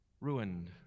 ruined